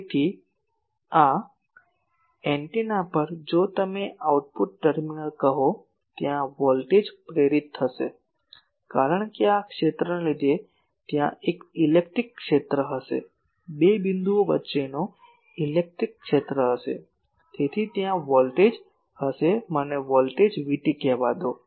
તેથી આ એન્ટેના પર જો તમે આઉટપુટ ટર્મિનલ કહો ત્યાં વોલ્ટેજ પ્રેરિત થશે કારણ કે આ ક્ષેત્રને લીધે ત્યાં એક ઇલેક્ટ્રિક ક્ષેત્ર હશે બે બિંદુઓ વચ્ચેનો ઇલેક્ટ્રિક ક્ષેત્ર હશે તેથી ત્યાં વોલ્ટેજ હશે મને વોલ્ટેજ VT કહેવા દો